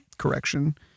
Correction